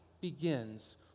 begins